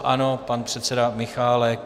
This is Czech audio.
Ano, pan předseda Michálek.